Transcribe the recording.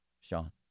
Sean